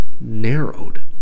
narrowed